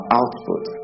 output